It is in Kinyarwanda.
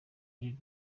ijana